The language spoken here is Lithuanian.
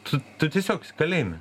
tu tu tiesiog kalėjime